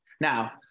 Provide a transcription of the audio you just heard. Now